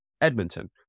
Edmonton